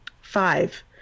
Five